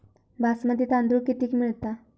बासमती तांदूळ कितीक मिळता?